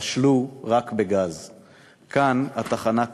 / 'בשלו רק בגז' / כאן התחנה טרבלינקה".